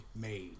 made